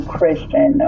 Christian